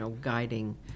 guiding